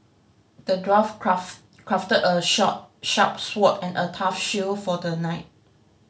the dwarf craft crafted a short sharp sword and a tough shield for the knight